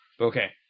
Okay